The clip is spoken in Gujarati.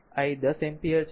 i 10 એમ્પીયર છે